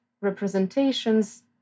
representations